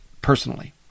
personally